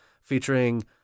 featuring